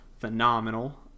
phenomenal